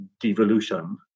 devolution